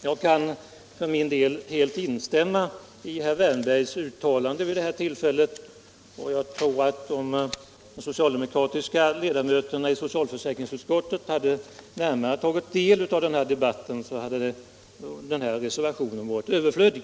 Jag kan för min del helt instämma i herr Wärnbergs uttalande, och jag tror att om de socialdemokratiska ledamöterna av socialförsäkringsutskottet närmare hade tagit del av den debatten hade de funnit att reservationen var överflödig.